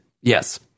yes